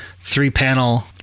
three-panel